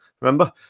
remember